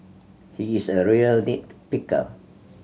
he is a real nit picker